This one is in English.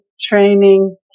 training